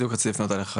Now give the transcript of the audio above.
בדיוק רציתי לפנות אליך,